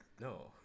No